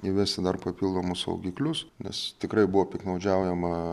įvesti dar papildomus saugiklius nes tikrai buvo piktnaudžiaujama